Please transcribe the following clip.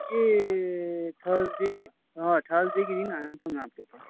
یہ تھرسڈے ہاں تھرسڈے کے دن آیا تھا میں آپ کے پاس